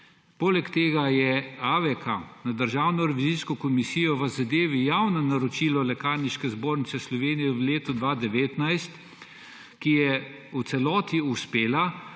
Poleg tega je AVK na Državni revizijski komisiji v zadevi javno naročilo Lekarniške zbornice Slovenije v letu 2019 v celoti uspel